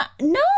No